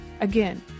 Again